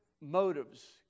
motives